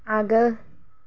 आगोल